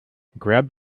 grabbed